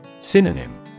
Synonym